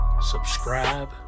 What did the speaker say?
subscribe